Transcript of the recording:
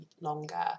longer